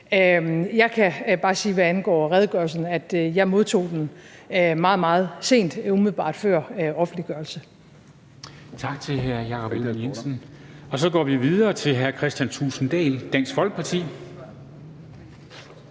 Jeg kan bare sige, hvad angår redegørelsen, at jeg modtog den meget, meget sent, umiddelbart før offentliggørelsen.